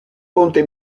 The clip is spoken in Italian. ponte